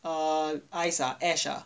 err ice ah ash ah